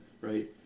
right